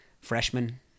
freshman